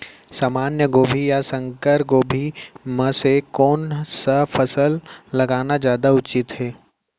सामान्य गोभी या संकर गोभी म से कोन स फसल लगाना जादा उचित हे?